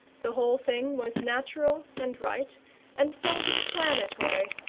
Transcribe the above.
the whole thing was natural and right and self-explanatory,